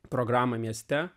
programą mieste